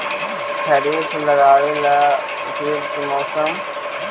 खरिफ लगाबे ला उपयुकत मौसम?